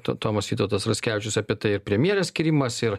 tomas vytautas raskevičius apie tai ir premjerės skyrimas ir